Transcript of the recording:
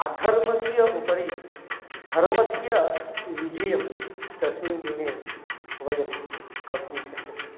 अधर्मस्य उपरि धर्मस्य विजयं तस्मिन् दिने वयं कर्तुं शक्यते